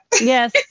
Yes